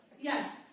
Yes